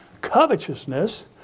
covetousness